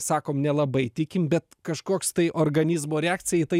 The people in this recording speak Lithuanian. sakom nelabai tikim bet kažkoks tai organizmo reakcija į tai